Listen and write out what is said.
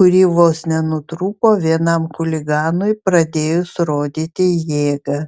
kuri vos nenutrūko vienam chuliganui pradėjus rodyti jėgą